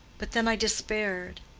but then i despaired.